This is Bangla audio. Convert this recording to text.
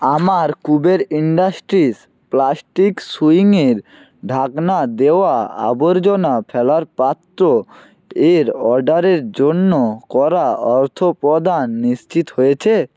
আমার কুবের ইন্ডাস্ট্রিজ প্লাস্টিক সুইংয়ের ঢাকনা দেওয়া আবর্জনা ফেলার পাত্র এর অর্ডারের জন্য করা অর্থ প্রদান নিশ্চিত হয়েছে